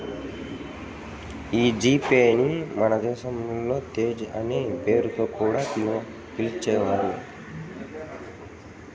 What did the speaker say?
ఈ G Pay ని మన దేశంలో తేజ్ అనే పేరుతో కూడా పిలిచేవారు